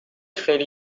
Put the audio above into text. خیلی